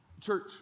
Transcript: church